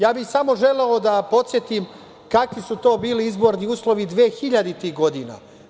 Ja bih samo želeo da podsetim kakvi su to bili izborni uslovi 2000-ih godina.